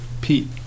Pete